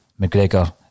McGregor